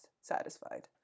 satisfied